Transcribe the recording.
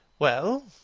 well,